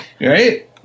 right